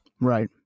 Right